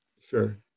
Sure